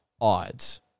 odds